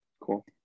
Cool